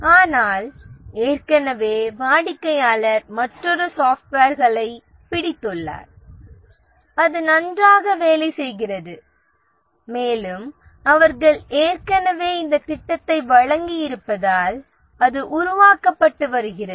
ஆனால் ஏற்கனவே வாடிக்கையாளர் மற்றொரு மென்பொருளை உபயோகப்படுத்துகிறார் அது நன்றாக வேலை செய்கிறது மேலும் அவர்கள் ஏற்கனவே இந்த ப்ராஜெக்ட்டை வழங்கியிருப்பதால் அது உருவாக்கப்பட்டு வருகிறது